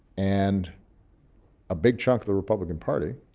and a big chunk of the republican party,